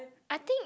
I think